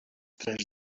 tres